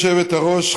גברתי היושבת-ראש,